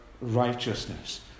righteousness